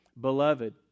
Beloved